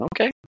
Okay